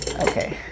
Okay